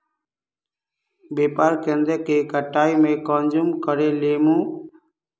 व्यापार केन्द्र के कटाई में कुंसम करे लेमु?